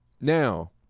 Now